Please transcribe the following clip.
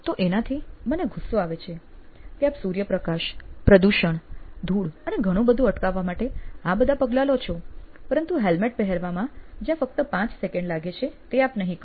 તો આનાથી મને ગુસ્સો આવે છે કે આપ સૂર્યપ્રકાશ પ્રદૂષણ ધૂળ અને અને ઘણું બધું અટકાવવા માટે આ બધા પગલાં લો છો પરંતુ હેલ્મેટ પહેરવામાં જ્યાં ફક્ત 5 સેકન્ડ લાગે છે તે આપ નહિ કરો